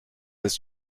ist